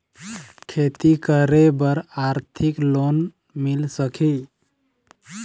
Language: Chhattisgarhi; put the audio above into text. खेती करे बर आरथिक लोन मिल सकही?